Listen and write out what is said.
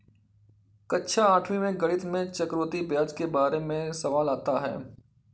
कक्षा आठवीं में गणित में चक्रवर्ती ब्याज के बारे में सवाल आता है